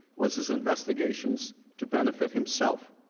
was his investigations to benefit himself.